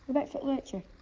about for lurcher?